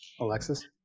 Alexis